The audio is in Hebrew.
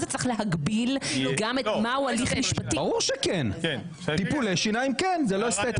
או לקבל את עורכי הדין של חברת ענבל,